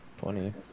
twenty